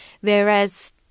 Whereas